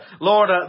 lord